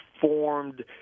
formed